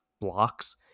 blocks